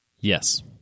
Yes